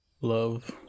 Love